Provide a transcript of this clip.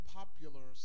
popular